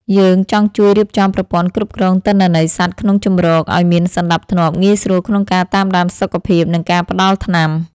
យើងចង់ជួយរៀបចំប្រព័ន្ធគ្រប់គ្រងទិន្នន័យសត្វក្នុងជម្រកឱ្យមានសណ្ដាប់ធ្នាប់ងាយស្រួលក្នុងការតាមដានសុខភាព និងការផ្ដល់ថ្នាំ។